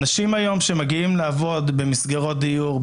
אנשים שמגיעים היום לעבוד במסגרות דיור,